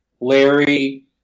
Larry